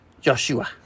Joshua